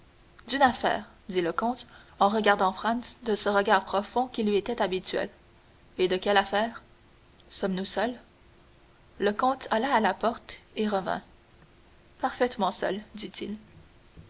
d'une affaire dit le comte en regardant franz de ce regard profond qui lui était habituel et de quelle affaire sommes-nous seuls le comte alla à la porte et revint parfaitement seuls dit-il